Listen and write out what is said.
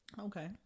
Okay